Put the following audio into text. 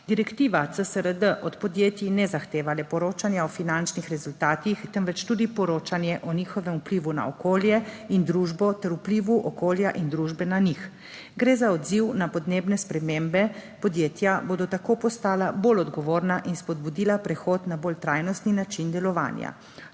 Direktiva CSRD od podjetij ne zahteva le poročanja o finančnih rezultatih, temveč tudi poročanje o njihovem vplivu na okolje in družbo ter vplivu okolja in družbe na njih. Gre za odziv na podnebne spremembe. Podjetja bodo tako postala bolj odgovorna in spodbudila prehod na bolj trajnostni način delovanja.